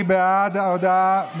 מי בעד ההודעה?